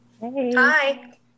Hi